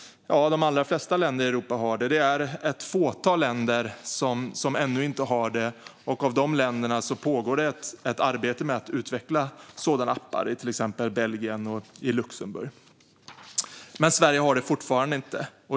De allra flesta länder i Europa har det. Det är ett fåtal länder som ännu inte har det, och i de länderna pågår det ett arbete med att utveckla sådana appar, till exempel i Belgien och Luxemburg. Men Sverige har det fortfarande inte.